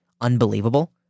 unbelievable